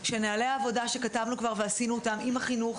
שנהלי עבודה שכתבנו כבר ועשינו אותם עם החינוך